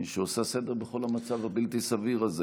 שעושה סדר בכל המצב הבלתי-סביר הזה,